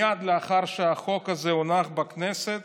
מייד לאחר שהחוק הזה הונח בכנסת,